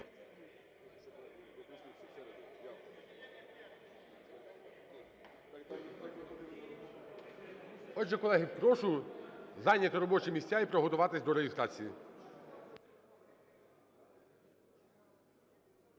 Отже, колеги, прошу зайняти робочі місця і приготуватись до реєстрації.